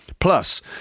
Plus